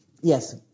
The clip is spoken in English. Yes